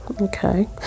Okay